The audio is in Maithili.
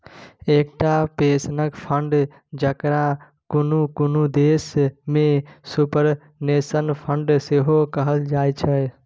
एकटा पेंशनक फंड, जकरा कुनु कुनु देश में सुपरनेशन फंड सेहो कहल जाइत छै